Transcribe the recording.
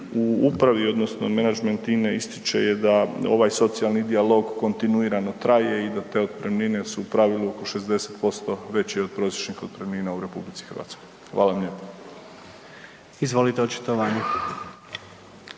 u upravi odnosno menadžment INA-e ističe je da ovaj socijalni dijalog kontinuirano traje i da te otpremnine su u pravilu oko 60% veće od prosječnih otpremnina u RH. Hvala vam lijepo. **Jandroković,